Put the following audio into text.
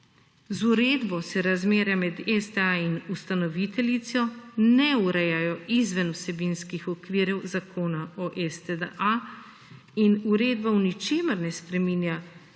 z uredbo se razmere med STA in ustanoviteljico ne urejajo izven vsebinskih okvirjev Zakona o STA in uredba v ničemer ne spreminja